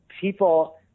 people